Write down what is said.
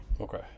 Okay